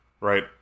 right